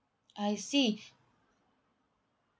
I see